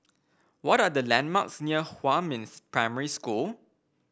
what are the landmarks near Huamin Primary School